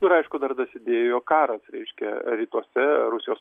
ir aišku dar dasidėjo karas reiškia rytuose rusijos